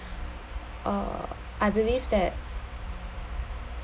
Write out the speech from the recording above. uh I believe that